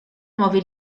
nuove